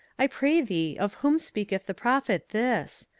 i pray thee, of whom speaketh the prophet this?